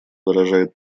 выражает